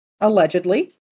allegedly